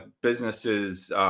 businesses